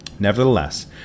Nevertheless